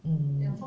mm